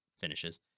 finishes